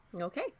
Okay